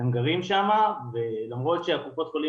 אתם גרים שם למרות שקופות החולים